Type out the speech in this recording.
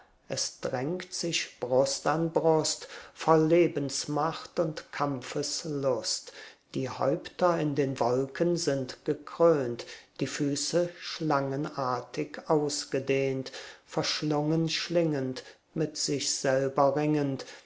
es drängt sich brust an brust voll lebensmacht und kampfeslust die häupter in den wolken sind gekrönt die füße schlangenartig ausgedehnt verschlungen schlingend mit sich selber ringend